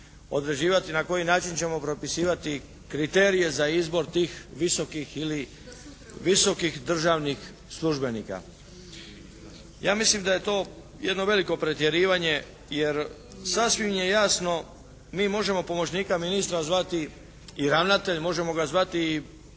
određivati na koji način ćemo propisivati kriterije za izbor tih visokih ili visokih državnih službenika. Ja mislim da je to jedno veliko pretjerivanje. Jer sasvim je jasno mi možemo pomoćnika ministra zvati i ravnateljem, možemo ga zvati i